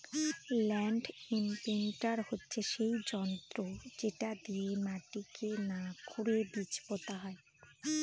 land imprinter হচ্ছে সেই যন্ত্র যেটা দিয়ে মাটিকে না খুরেই বীজ পোতা হয়